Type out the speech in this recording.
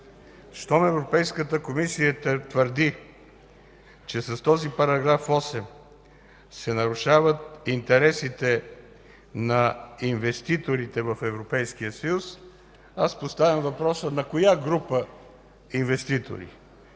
щом Европейската комисия твърди, че с този § 8 се нарушават интересите на инвеститорите в Европейския съюз, аз поставям въпроса: на коя група инвеститори?